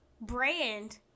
brand